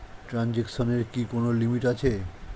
ট্রানজেকশনের কি কোন লিমিট আছে?